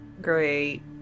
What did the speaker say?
Great